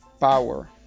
Power